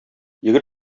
егет